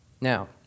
Now